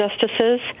justices